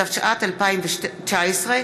התשע"ט 2019,